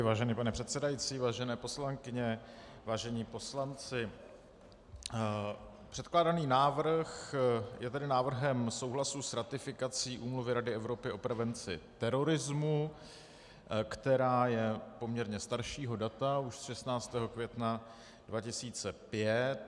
Vážený pane předsedající, vážené poslankyně, vážení poslanci, předkládaný návrh je tedy návrhem souhlasu s ratifikací Úmluvy Rady Evropy o prevenci terorismu, která je poměrně staršího data, už 16. května 2005.